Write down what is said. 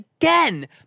again